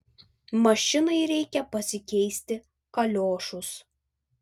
mašinai reikia pasikeisti kaliošus